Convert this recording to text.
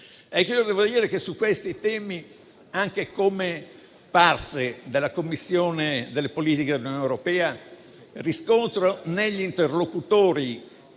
Devo dire che su questi temi, anche come parte della Commissione politiche dell'Unione europea, riscontro negli interlocutori